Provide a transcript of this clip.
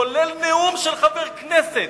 כולל נאום של חבר הכנסת,